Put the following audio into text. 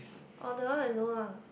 oh that one I know ah